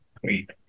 great